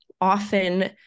Often